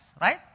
right